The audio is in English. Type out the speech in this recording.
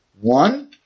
One